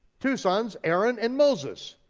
two sons, aaron and moses.